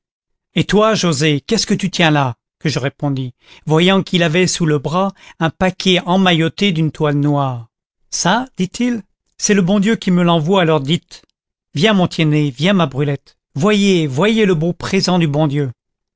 et toi joset qu'est-ce que tu tiens là que je répondis voyant qu'il avait sous le bras un paquet emmaillotté d'une toile noire ça dit-il c'est le bon dieu qui me l'envoie à l'heure dite viens mon tiennet viens ma brulette voyez voyez le beau présent du bon dieu